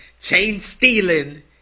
chain-stealing